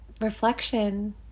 reflection